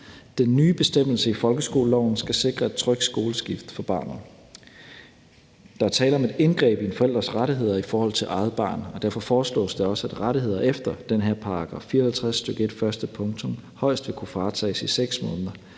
Den nye bestemmelse i folkeskoleloven skal sikre et trygt skoleskift for barnet. Der er tale om et indgreb i en forælders rettigheder i forhold til eget barn, og derfor foreslås det også, at rettigheder efter den her § 54, stk. 1, 1. pkt. højst vil kunne fratages i 6 måneder.